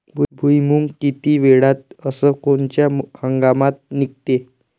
भुईमुंग किती वेळात अस कोनच्या हंगामात निगते?